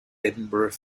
edinburgh